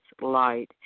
light